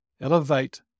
elevate